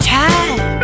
time